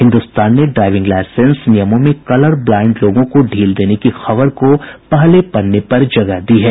हिन्दुस्तान ने driving licence नियमों में कलर ब्लाईंड लोगों को ढील देने की खबर को पहले पन्ने पर जगह दी है